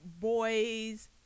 boys